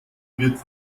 wird